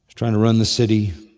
trying to run the city,